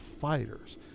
fighters